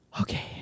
Okay